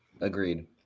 Agreed